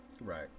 Right